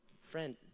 Friend